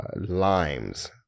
limes